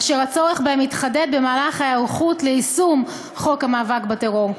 אשר הצורך בהם התחדד במהלך ההיערכות ליישום חוק המאבק בטרור.